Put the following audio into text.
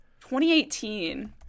2018